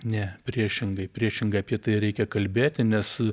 ne priešingai priešingai apie tai reikia kalbėti nes